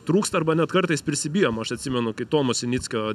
trūksta arba net kartais prisibijoma aš atsimenu kai tomo sinickio